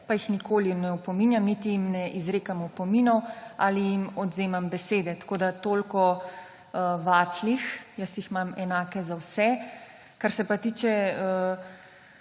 in vas nikoli ne opominjam, niti jim ne izrekam opominov ali jim odvzemam besede. Toliko o vatlih, jaz jih imam enake za vse. Kar se pa tiče